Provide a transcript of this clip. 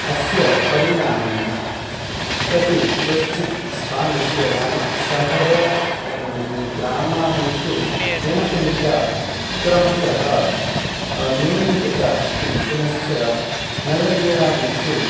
अस्य परिणामेन क्वचित् क्वचित् स्थानस्य नाम सहर ग्रामादिषु जनसंख्या क्रमशः न्यूनीकृता अस्ति पुनश्च नगर्यादिषु